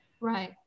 right